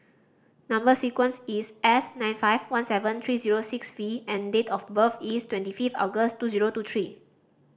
number sequence is S nine five one seven three zero six V and date of birth is twenty fifth August two zero two three